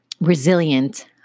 resilient